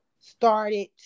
started